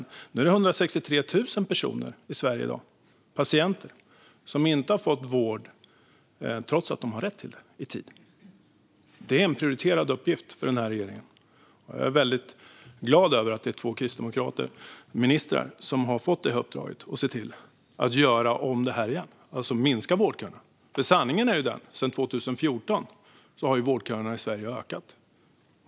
I dag är det 163 000 personer i Sverige, patienter, som inte har fått vård i tid trots att de har rätt till det. Det är en prioriterad uppgift för den här regeringen, och jag är väldigt glad över att det är två kristdemokratiska ministrar som har fått uppdraget att göra om det, alltså minska vårdköerna. Sanningen är ju den att sedan 2014 har vårdköerna i Sverige ökat.